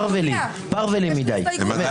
"פרוולים" מדיי.